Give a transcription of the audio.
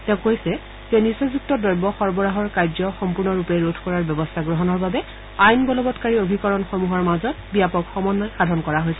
তেওঁ কৈছে যে নিচাযুক্ত দ্ৰব্য সৰবৰাহৰ কাৰ্য সম্পূৰ্ণৰূপে ৰোধ কৰাৰ ব্যৱস্থা গ্ৰহণৰ বাবে আইন বলবৎকাৰী অভিকৰণসমূহৰ মাজত ব্যাপক সমঘ্য় সাধন কৰা হৈছে